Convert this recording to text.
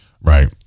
Right